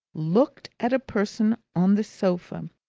looked at a person on the sofa,